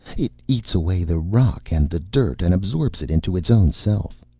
it eats away the rock and the dirt and absorbs it into its own self.